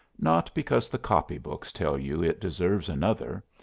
not because the copy-books tell you it deserves another,